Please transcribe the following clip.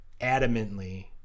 adamantly